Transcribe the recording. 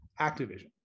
Activision